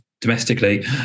domestically